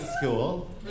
school